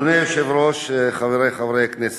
אדוני היושב-ראש, חברי חברי הכנסת,